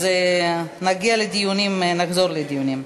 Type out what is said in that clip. אז נגיע לדיונים, נחזור לדיונים.